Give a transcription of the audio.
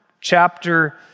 chapter